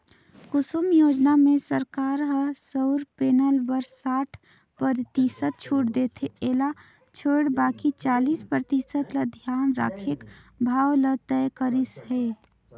कुसुम योजना म सरकार ह सउर पेनल बर साठ परतिसत छूट देथे एला छोयड़ बाकि चालीस परतिसत ल धियान राखके भाव ल तय करिस हे